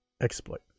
exploit